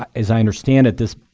as i understand it this,